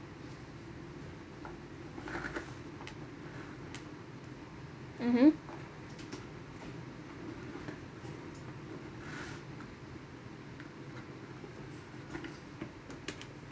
mmhmm